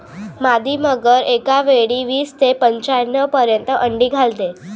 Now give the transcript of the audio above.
मादी मगर एकावेळी वीस ते पंच्याण्णव पर्यंत अंडी घालते